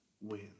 win